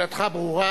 שאלתך ברורה.